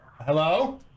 Hello